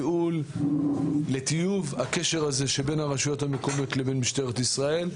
לייעול ולטיוב הקשר הזה שבין הרשויות המקומיות לבין משטרת ישראל,